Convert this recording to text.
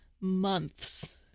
months